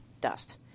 dust